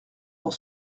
pour